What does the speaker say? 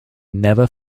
never